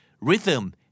Rhythm